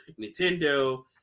Nintendo